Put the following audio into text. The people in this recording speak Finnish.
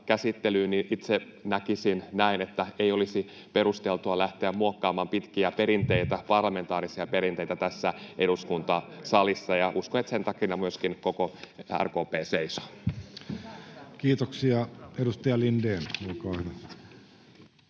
niin itse näkisin näin, että ei olisi perusteltua lähteä muokkaamaan pitkiä perinteitä, parlamentaarisia perinteitä, tässä eduskuntasalissa, [Vasemmalta: Näin on!] ja uskon, että sen takana myöskin koko RKP seisoo. Kiitoksia. — Edustaja Lindén, olkaa